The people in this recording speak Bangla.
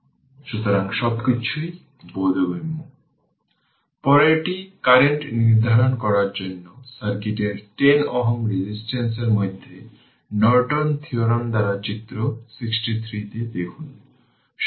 তাহলে এর পরেরটি হল সোর্স ফ্রি RL সার্কিট আমরা এখন পর্যন্ত দেখেছি সোর্স ফ্রি RC সার্কিট এখন এটিকে সোর্স ফ্রি RL সার্কিট হিসেবে দেখব